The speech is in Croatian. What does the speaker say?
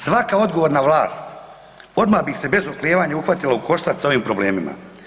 Svaka odgovorna vlast odmah bi se bez oklijevanja uhvatila u koštac s ovim problemima.